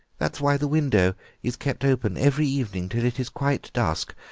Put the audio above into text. that is why the window is kept open every evening till it is quite dusk.